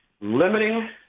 limiting